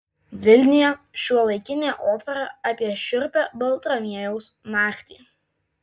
vilniuje šiuolaikinė opera apie šiurpią baltramiejaus naktį